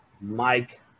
Mike